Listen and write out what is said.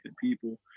people